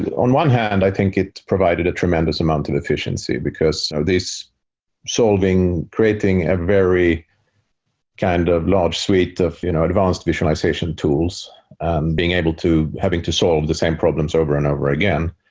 but on one hand, i think it provided a tremendous amount of efficiency, because of so this solving, creating a very kind of large suite of you know advanced visualization tools and being able to having to solve the same problems over and over again,